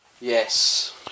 Yes